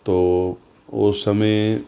ਤੋ ਉਸ ਸਮੇਂ